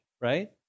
right